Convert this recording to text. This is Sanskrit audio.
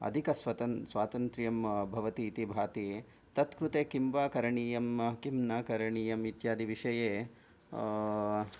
अधिकस्वातन्त्र्यं भवति इति भाति तत् कृत् किं वा करणीयं किं न करणीयम् इत्यादि विषये